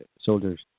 soldiers